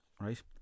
right